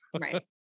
Right